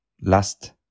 last